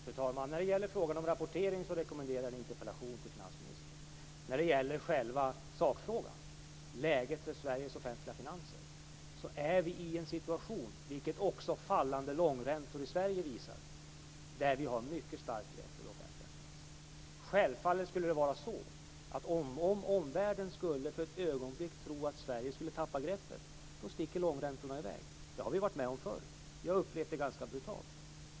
Fru talman! När det gäller frågan om rapportering rekommenderar jag en interpellation till finansministern. När det gäller själva sakfrågan, läget för Sveriges offentliga finanser, är vi i en situation, vilket också fallande långräntor i Sverige visar, där vi har ett mycket starkt grepp om de offentliga finanserna. Om omvärlden för ett ögonblick skulle tro att Sverige skulle tappa greppet skulle långräntorna självfallet sticka i väg. Det har vi varit med om förr. Vi har upplevt det ganska brutalt.